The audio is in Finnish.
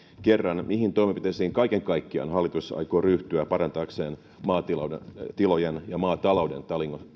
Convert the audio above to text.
kerran mihin toimenpiteisiin kaiken kaikkiaan hallitus aikoo ryhtyä parantaakseen maatilojen ja maatalouden